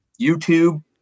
YouTube